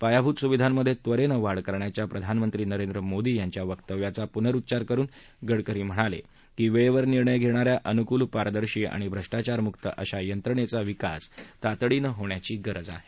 पायाभूत सुविधांमध्ये त्वरेनं वाढ करण्याच्या प्रधानमंत्री नरेंद्र मोदी यांच्या वक्तव्याचा पुनरुच्चार करून गडकरी म्हणाले की वेळेवर निर्णय घेणा या अनुकूल पारदर्शी आणि भ्रष्टाचारमुक अशा यंत्रणेचा विकास ताबडतोब होण्याची गरज आहे